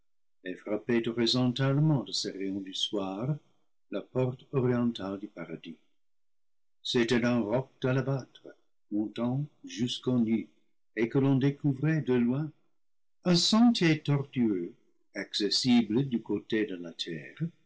horizontalement de ses rayons du soir la porte orientale du paradis c'était un roc d'albâtre montant jusqu'aux nues et que l'on découvrait de loin un sentier tortueux accessible du côté de la terre